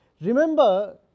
Remember